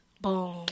Boom